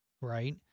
right